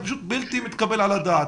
זה פשוט בלתי מתקבל על הדעת.